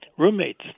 Roommates